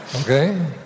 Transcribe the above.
okay